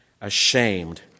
ashamed